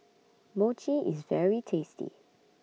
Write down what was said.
Mochi IS very tasty